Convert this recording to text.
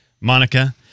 Monica